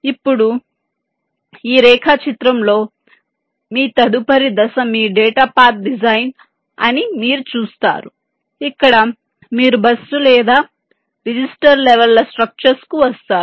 ఇప్పుడు ఈ రేఖాచిత్రంలో మీ తదుపరి దశ మీ డేటా పాత్ డిజైన్ అని మీరు చూస్తారు ఇక్కడ మీరు బస్సు లేదా రిజిస్టర్ లెవెల్ ల స్ట్రక్చర్స్ కు వస్తారు